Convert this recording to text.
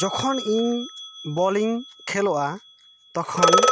ᱡᱚᱠᱷᱚᱱ ᱤᱧ ᱵᱚᱞᱤᱧ ᱠᱷᱮᱞᱳᱜᱼᱟ ᱛᱚᱠᱷᱚᱱ